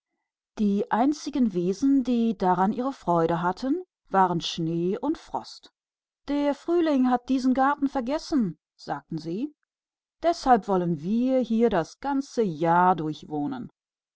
die einzigen leute die sich freuten waren der schnee und der frost der frühling hat diesen garten vergessen riefen sie so wollen wir hier das ganze jahr hindurch